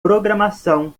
programação